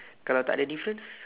kalau takde difference